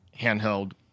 handheld